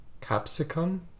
Capsicum